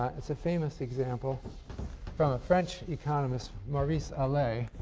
it's a famous example from a french economist, maurice allais,